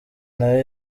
nayo